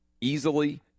easily